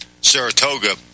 Saratoga